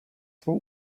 svou